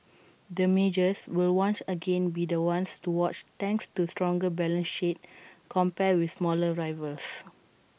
the majors will once again be the ones to watch thanks to stronger balance sheets compared with smaller rivals